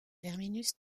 terminus